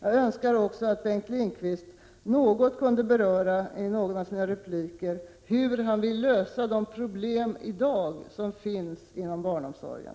Jag önskar också att Bengt Lindqvist i några av sina inlägg kunde beröra hur han vill lösa de problem som i dag finns inom barnomsorgen.